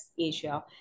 Asia